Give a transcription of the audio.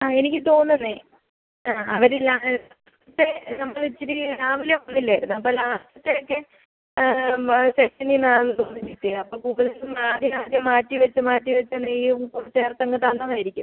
ആ എനിക്ക് തോന്നുന്നത് ആ അവരില്ലാതെ ഇത് നമ്മളിച്ചിരി രാവിലെ വന്നില്ലായിരുന്നോ അപ്പോൾ ലാസ്റ്റത്തെയൊക്കെ സെക്ഷനിൽ നിന്നാണെന്ന് തോന്നുന്നു കിട്ടിയത് അപ്പോൾ മുകളിൽ നിന്നാദ്യം ആദ്യം മാറ്റി വെച്ച മാറ്റി വെച്ച നെയ്യും കൂടെ ചേർത്തങ്ങ് തന്നതായിരിക്കും